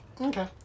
Okay